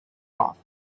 off